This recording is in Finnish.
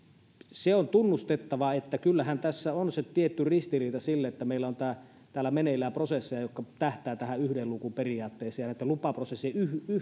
se on tunnustettava että kyllähän tässä on se tietty ristiriita kun meillä on täällä meneillään prosesseja jotka tähtäävät tähän yhden luukun periaatteeseen ja näitten lupaprosessien